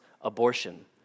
abortion